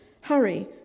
hurry